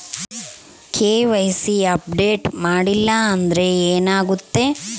KYC update ಮಾಡಿಲ್ಲ ಅಂದ್ರೆ ಏನಾಗುತ್ತೆ?